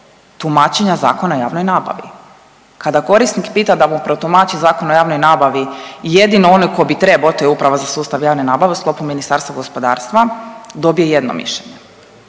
tumačenja Zakona o javnoj nabavi? Kada korisnik pita da mu protumači Zakon o javnoj nabavi jedino ono tko bi trebao, to je Uprava za sustav javne nabave u sklopu Ministarstva gospodarstva, dobije jedno mišljenje.